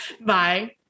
bye